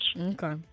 Okay